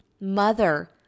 mother